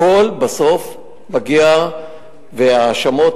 הכול בסוף מגיע להאשמות,